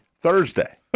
Thursday